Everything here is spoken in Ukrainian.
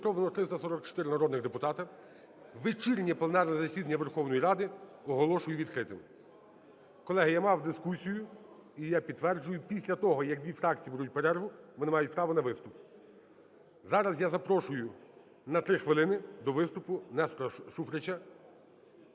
Зареєстровано 344 народних депутата. Вечірнє пленарне засідання Верховної Ради оголошую відкритим. Колеги, я мав дискусію, і я підтверджую, після того, як дві фракції беруть перерву, вони мають право на виступ. Зараз я запрошую на 3 хвилини до виступу Нестора Шуфрича.